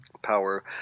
Power